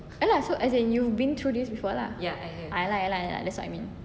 ya lah so as in you been through this before lah ya lah ya lah that's what I mean